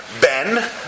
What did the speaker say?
Ben